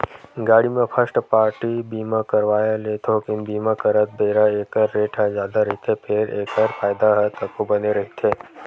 गाड़ी म first party बीमा करवाय ले थोकिन बीमा करत बेरा ऐखर रेट ह जादा रहिथे फेर एखर फायदा ह तको बने रहिथे